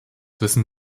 wissen